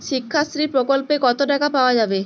শিক্ষাশ্রী প্রকল্পে কতো টাকা পাওয়া যাবে?